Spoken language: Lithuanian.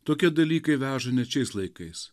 tokie dalykai veža net šiais laikais